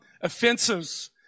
offenses